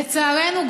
לצערנו,